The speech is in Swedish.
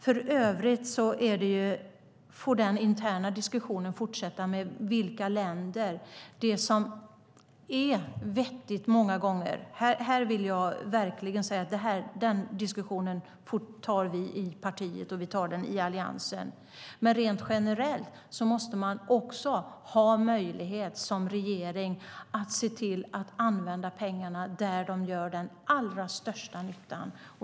För övrigt får diskussionen om vilka länder det är fråga om fortsätta internt. Det är vettigt många gånger. Här vill jag verkligen säga att den diskussionen tar vi i partiet och i Alliansen. Men rent generellt måste man också ha möjlighet som regering att se till att använda pengarna där de gör den allra största nyttan.